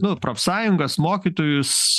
nu profsąjungas mokytojus